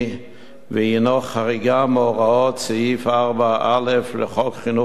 והינו חריגה מהוראות סעיף 4א לחוק חינוך ממלכתי,